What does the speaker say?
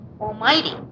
Almighty